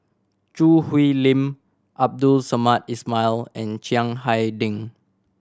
Choo Hwee Lim Abdul Samad Ismail and Chiang Hai Ding